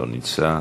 לא נמצא,